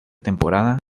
temporada